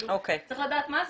צריך לדעת מה זה.